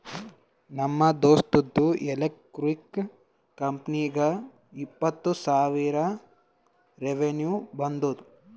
ನಮ್ ದೋಸ್ತ್ದು ಎಲೆಕ್ಟ್ರಿಕ್ ಕಂಪನಿಗ ಇಪ್ಪತ್ತ್ ಸಾವಿರ ರೆವೆನ್ಯೂ ಬಂದುದ